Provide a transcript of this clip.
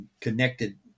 connected